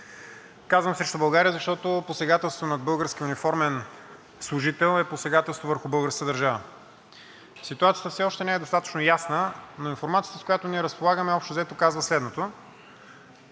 Казвам „срещу България“, защото посегателство над български униформен служител е посегателство върху българската държава. Ситуацията все още не е достатъчно ясна, но информацията, с която ние разполагаме, общо взето казва следното.